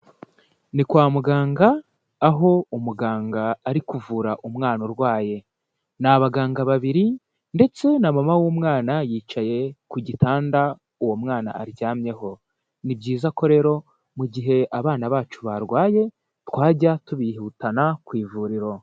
Ni kwa muganga aho umuganga ari kuvura umwana urwaye, ni abaganga babiri ndetse na mama w'umwana yicaye ku gitanda uwo mwana aryamyeho, ni byiza ko rero mu gihe abana bacu barwaye twajya tubihutana ku ivuriro.